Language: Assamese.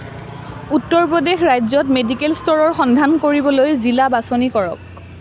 উত্তৰ প্ৰদেশ ৰাজ্যত মেডিকেল ষ্ট'ৰৰ সন্ধান কৰিবলৈ জিলা বাছনি কৰক